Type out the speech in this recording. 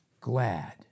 Glad